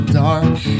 dark